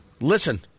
Listen